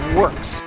works